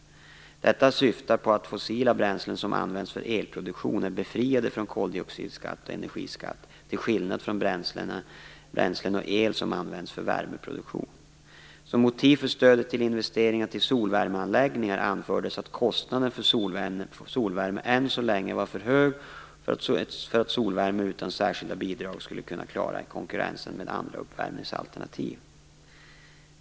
Detta syftar på att fossila bränslen som används för elproduktion är befriade från koldioxidskatt och energiskatt, till skillnad från bränslen och el som används för värmeproduktion. Som motiv för stödet till investeringar till solvärmeanläggningar anfördes att kostnaden för solvärme än så länge var för hög för att solvärme utan särskilda bidrag skulle kunna klara konkurrensen med andra uppvärmningsalternativ.